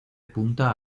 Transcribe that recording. punta